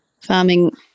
farming